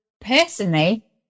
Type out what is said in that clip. personally